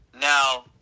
now